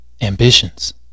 ambitions